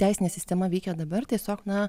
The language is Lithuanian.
teisinė sistema veikia dabar tiesiog na